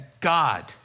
God